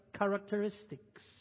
characteristics